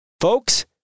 Folks